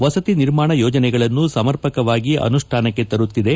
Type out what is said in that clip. ವಸತಿ ನಿರ್ಮಾಣ ಯೋಜನೆಗಳನ್ನು ಸಮರ್ಪಕವಾಗಿ ಅನುಷ್ಠಾನಕ್ಕೆ ತರುತ್ತಿದೆ